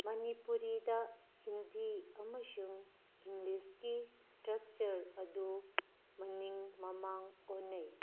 ꯃꯅꯤꯄꯨꯔꯤꯗ ꯍꯤꯟꯗꯤ ꯑꯃꯁꯨꯡ ꯏꯪꯂꯤꯁꯀꯤ ꯁ꯭ꯇꯔꯛꯆ꯭ꯔ ꯑꯗꯨ ꯃꯅꯤꯡ ꯃꯃꯥꯡ ꯑꯣꯟꯅꯩ